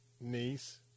niece